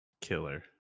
Killer